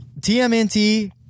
TMNT